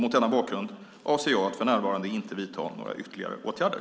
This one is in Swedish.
Mot denna bakgrund avser jag att för närvarande inte vidta några ytterligare åtgärder.